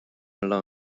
alone